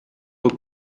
faut